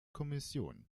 kommission